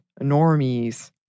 normies